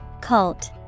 Cult